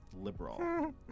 liberal